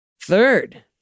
Third